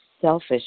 selfish